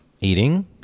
eating